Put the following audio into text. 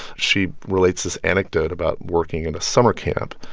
she relates this anecdote about working in a summer camp.